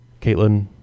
Caitlin